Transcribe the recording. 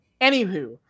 Anywho